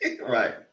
Right